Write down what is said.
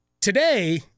Today